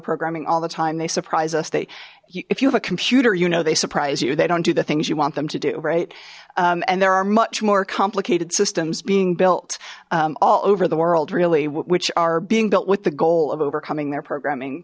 programming all the time they surprised us they if you have a computer you know they surprise you they don't do the things you want them to do right and there are much more complicated systems being built all over the world really which are being built with the goal of overcoming their programming